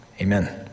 Amen